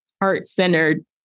heart-centered